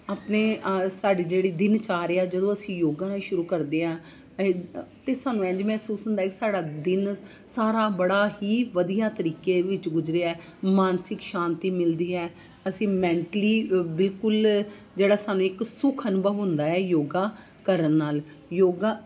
ਆਪਣੇ ਸਾਡੀ ਜਿਹੜੀ ਦਿਨ ਚਾਰਿਆ ਜਦੋਂ ਅਸੀਂ ਯੋਗਾ ਨਾਲ ਸ਼ੁਰੂ ਕਰਦੇ ਹਾਂ ਤਾਂ ਸਾਨੂੰ ਇੰਝ ਮਹਿਸੂਸ ਹੁੰਦਾ ਵੀ ਸਾਡਾ ਦਿਨ ਸਾਰਾ ਬੜਾ ਹੀ ਵਧੀਆ ਤਰੀਕੇ ਵਿੱਚ ਗੁਜਰਿਆ ਮਾਨਸਿਕ ਸ਼ਾਂਤੀ ਮਿਲਦੀ ਹੈ ਅਸੀਂ ਮੈਂਟਲੀ ਬਿਲਕੁਲ ਜਿਹੜਾ ਸਾਨੂੰ ਇੱਕ ਸੁੱਖ ਅਨੁਭਵ ਹੁੰਦਾ ਹੈ ਯੋਗਾ ਕਰਨ ਨਾਲ ਯੋਗਾ